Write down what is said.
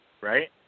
right